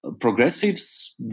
Progressives